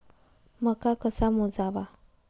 मका कसा मोजावा?